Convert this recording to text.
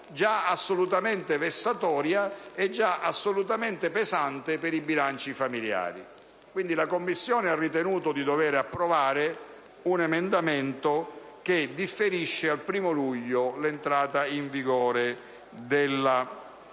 la Commissione ha ritenuto di dover approvare un emendamento che differisce al 1° luglio l'entrata in vigore della TARES,